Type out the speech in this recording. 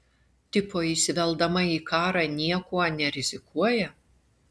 tipo įsiveldama į karą niekuo nerizikuoja